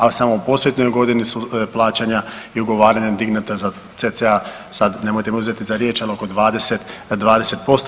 Ali samo u posljednjoj godini su plaćanja i ugovaranja dignuta za cca sad nemojte me uzeti za riječ ali oko 20%